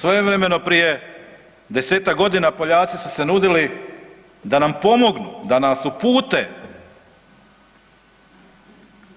Svojevremeno prije desetak godina Poljaci su se nudili da nam pomognu, da nas upute